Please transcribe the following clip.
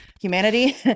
humanity